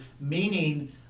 meaning